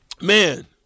Man